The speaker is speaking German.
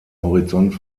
horizont